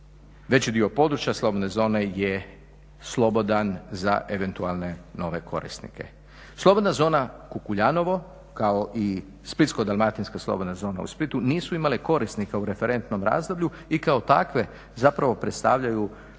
Veći dio područja slobodne zone je slobodan za eventualne nove korisnike. Slobodna zona Kukuljanovo, kao i Splitsko-dalmatinska slobodna zona u Splitu nisu imale korisnika u referentnom razdoblju i kao takve zapravo predstavljaju izazov